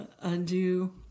undo